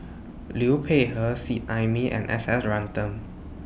Liu Peihe Seet Ai Mee and S S Ratnam